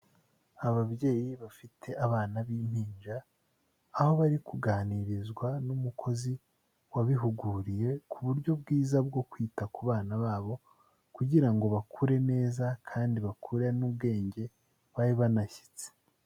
Ababyeyi bafite abana b'impinja, aho bari kuganirizwa n'umukozi wabihuguriye, ku buryo bwiza bwo kwita ku bana babo, kugira ngo bakure neza kandi bakure n'ubwenge babe banashyitse.